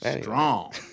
Strong